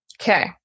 okay